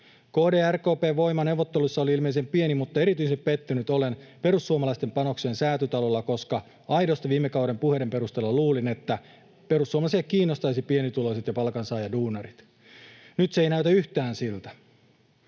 RKP:n voima neuvotteluissa oli ilmeisen pieni, mutta erityisen pettynyt olen perussuomalaisten panokseen Säätytalolla, koska aidosti viime kauden puheiden perusteella luulin, että perussuomalaisia kiinnostaisivat pienituloiset ja palkansaajaduunarit. Nyt se ei näytä yhtään siltä.